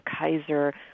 Kaiser